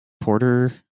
Porter